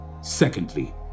Secondly